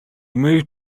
moved